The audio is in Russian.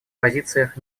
позициях